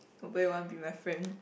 nobody want to be my friend